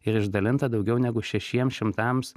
ir išdalinta daugiau negu šešiems šimtams